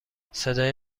صدای